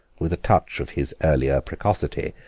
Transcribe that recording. with a touch of his earlier precocity,